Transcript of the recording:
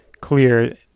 clear